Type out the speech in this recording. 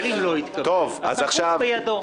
אבל אם לא יתקבל, הסמכות בידו.